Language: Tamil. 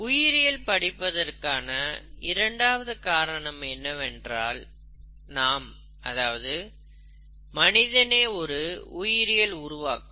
உயிரியல் படிப்பதற்கான இரண்டாவது காரணம் என்னவென்றால் நாம் அதாவது மனிதனே ஒரு உயிரியல் உருவாக்கம்